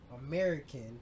American